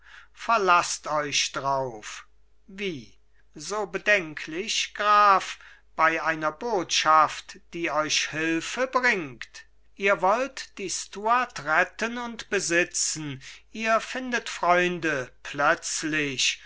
verlaßt euch drauf wie so bedenklich graf bei einer botschaft die euch hilfe bringt ihr wollt die stuart retten und besitzen ihr findet freunde plötzlich